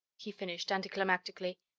he finished, anticlimatically.